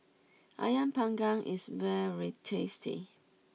Ayam Panggang is very tasty